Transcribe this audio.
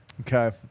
Okay